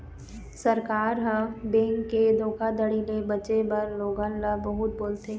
सरकार ह, बेंक के धोखाघड़ी ले बाचे बर लोगन ल बहुत बोलथे